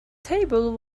table